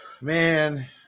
Man